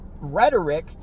rhetoric